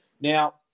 Now